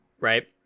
right